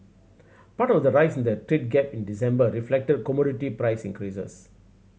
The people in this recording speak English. part of the rise in the trade gap in December reflected commodity price increases